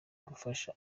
gufasha